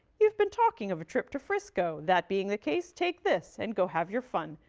you've been talking of a trip to frisco. that being the case, take this and go have your fun.